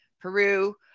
Peru